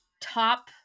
top